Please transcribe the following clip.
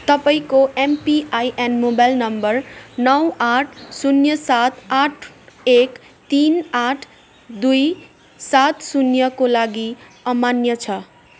तपाईँको MPIN mobile number नौ आठ शून्य सात आठ एक तिन आठ दुई सात शून्यको लागि अमान्य छ